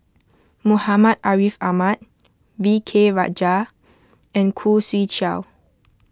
Muhammad Ariff Ahmad V K Rajah and Khoo Swee Chiow